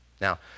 Now